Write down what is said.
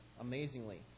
amazingly